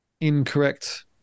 Incorrect